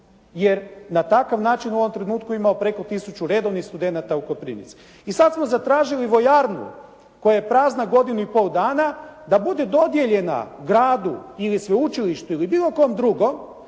Jer na takav način u ovom trenutku imamo preko 1000 redovnih studenata u Koprivnici. I sad smo zatražili vojarnu koja je prazna godinu i pol dana da bude dodijeljena gradu ili sveučilištu ili bilo kom drugom